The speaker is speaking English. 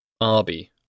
Arby